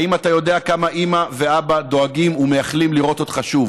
האם אתה יודע כמה אימא ואבא דואגים ומייחלים לראות אותך שוב?